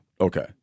Okay